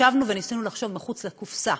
ישבנו וניסינו לחשוב מחוץ לקופסה,